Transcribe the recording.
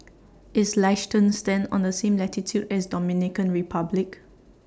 IS Liechtenstein on The same latitude as Dominican Republic